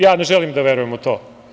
Ja ne želim da verujem u to.